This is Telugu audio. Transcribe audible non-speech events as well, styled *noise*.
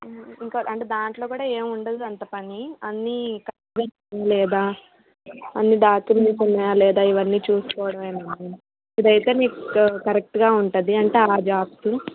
ఇంక అంటే దాంట్లో కూడా ఏం ఉండదు అంత పని అన్ని కట్ *unintelligible* లేదా అన్ని డాక్యుమెంట్స్ ఉన్నాయా లేదా ఇవన్ని చూసుకోవడమేనంట ఇదైతే మీకు కరెక్ట్గా ఉంటుంది అంటే ఆ జాబ్సు